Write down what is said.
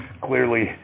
clearly